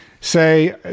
say